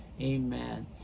amen